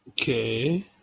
Okay